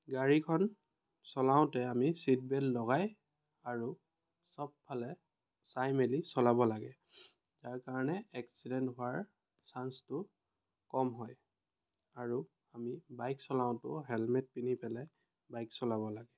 গাড়ীখন চলাওঁতে আমি চিট বেল্ট লগাই আৰু চব ফালে চাই মেলি চলাব লাগে তাৰ কাৰণে এক্সিডেণ্ট হোৱাৰ চান্সটো কম হয় আৰু আমি বাইক চলাওঁতেও হেলমেট পিন্ধি পেলাই বাইক চলাব লাগে